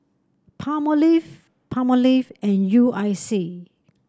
Palmolive Palmolive and U I C